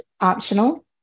optional